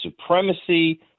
supremacy